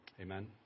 Amen